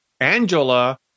Angela